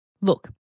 Look